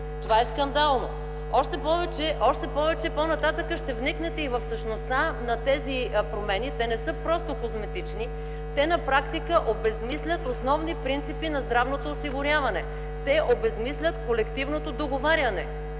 Това е скандално. Още повече, по-нататък ще вникнете и в същността на тези промени, които не са просто козметични. На практика обезсмислят основни принципи на здравното осигуряване. Те обезсмислят колективното договаряне,